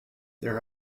there